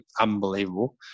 unbelievable